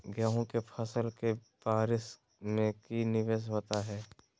गेंहू के फ़सल के बारिस में की निवेस होता है?